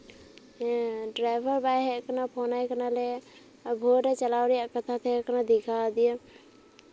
ᱦᱮᱸ ᱰᱨᱟᱭᱵᱷᱟᱨ ᱵᱟᱭ ᱦᱮᱡ ᱠᱟᱱᱟ ᱯᱷᱳᱱ ᱟᱭ ᱠᱟᱱᱟᱞᱮ ᱵᱷᱳᱨ ᱨᱮ ᱪᱟᱞᱟᱣ ᱨᱮᱭᱟᱜ ᱠᱟᱛᱦᱟ ᱛᱟᱦᱮᱸ ᱠᱟᱱᱟ ᱫᱤᱜᱷᱟ ᱫᱤᱭᱮ